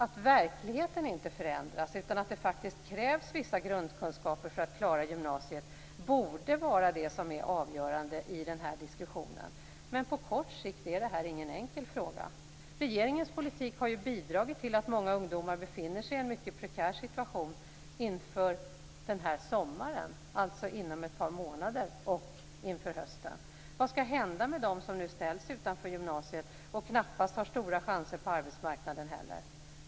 Att verkligheten inte förändras, utan att det faktiskt krävs vissa grundkunskaper för att man skall klara gymnasiet, borde vara det som är avgörande i denna diskussion. Men på kort sikt är detta ingen enkel fråga. Regeringens politik har bidragit till att många ungdomar befinner sig i en mycket prekär situation inför denna sommar - alltså inom ett par månader - och inför hösten. Vad skall hända med dem som nu ställs utanför gymnasiet och knappast har stora chanser på arbetsmarknaden heller?